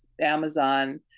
amazon